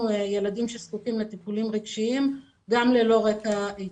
ילדים שזקוקים לטיפולים רגשיים גם ללא רקע התפתחותי.